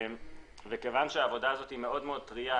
מכיוון שהעבודה הזאת מאוד טרייה,